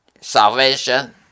salvation